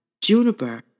Juniper